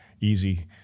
easy